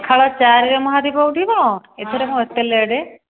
ସକାଳ ଚାରିରେ ମହାଦୀପ ଉଠିବ ଏଥର କ'ଣ ଏତେ ଲେଟ୍